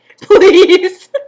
please